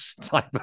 type